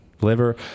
Liver